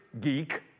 geek